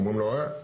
אומרים לו עצור,